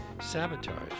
Sabotage